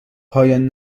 پایان